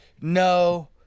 No